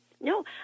No